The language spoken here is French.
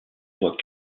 voit